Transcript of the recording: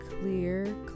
clear